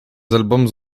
albums